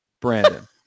Brandon